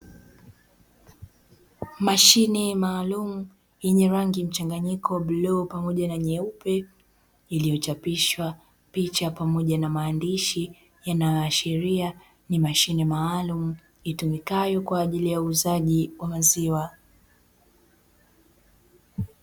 Mashine maalum yenye rangi mchanganyiko bluu pamoja na nyeupe, iliyochapishwa picha pamoja na maandishi, yanayoashiria ni mashine maalumu itumikayo kwaajili ya uuzaji wa maziwa.